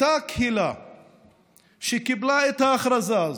אותה קהילה שקיבלה את ההכרזה הזו,